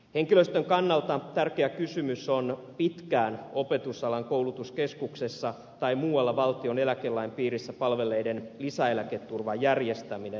henkilöstön kannalta tärkeä kysymys on pitkään opetusalan koulutuskeskuksessa tai muualla valtion eläkelain piirissä palvelleiden lisäeläketurvan järjestäminen